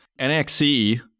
NXE